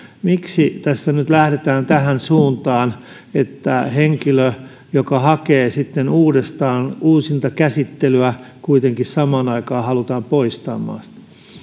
miksi tässä nyt lähdetään tähän suuntaan että henkilö joka hakee sitten uudestaan uusintakäsittelyä kuitenkin samaan aikaan halutaan poistaa maasta